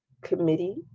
committee